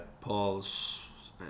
Paul's